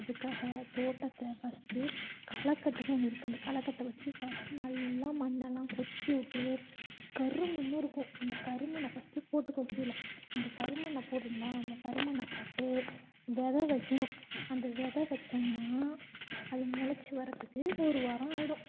அதுக்காக தோட்டத்தை ஃபஸ்ட்டு களை கட்டுனு ஒன்று இருக்குது அந்த களை கட்டை வச்சு ஃபஸ்ட்டு நல்லா மண்ணெல்லாம் கொத்தி விட்டு கரு மண் இருக்கும் அந்த கரு மண்ணை ஃபஸ்ட்டு போட்டுக்கோ கீழே அந்த கரு மண்ணை போடுறீங்கன்னா அந்த கரு மண்ணை போட்டு விதை வைக்கணும் அந்த விதை வைச்சோம்னா அது முளச்சி வரத்துக்கு ஒரு வாரம் ஆகிடும்